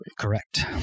Correct